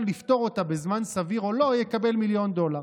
לפתור אותה בזמן סביר או לא יקבל מיליון דולר?